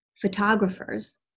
photographers